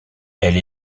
elle